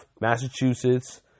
Massachusetts